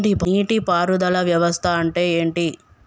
నీటి పారుదల వ్యవస్థ అంటే ఏంటి?